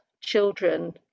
children